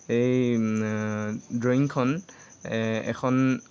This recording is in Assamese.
এই ড্ৰয়িংখন এখন